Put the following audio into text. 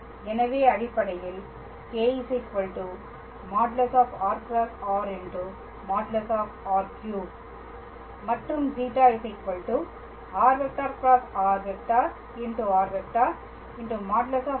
எனவே அடிப்படையில் κ |r×r| |r|3 மற்றும் ζ r×r